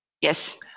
Yes